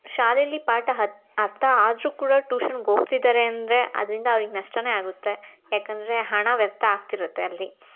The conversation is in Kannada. ಶಾಲೆಯಲ್ಲಿ ಪಾಠ ಅರ್ಥ ಆದ್ರೂ ಕೂಡ ಟೂಷನ್ಗೆ ಹೋಗ್ತಿದ್ದಾರೆ ಅಂದರೆ ಅದರಿಂದ ಅವ್ರಿಗೆ ನಷ್ಟನೇ ಆಗುತ್ತೆ ಯಾಕಂದರೆ ಹಣ ವ್ಯರ್ಥ ಆಗ್ತಿರುತ್ತೆ ಅಲ್ಲಿ